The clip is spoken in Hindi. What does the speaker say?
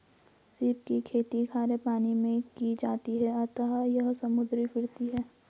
सीप की खेती खारे पानी मैं की जाती है अतः यह समुद्री फिरती है